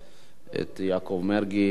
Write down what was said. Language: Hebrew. את יעקב מרגי,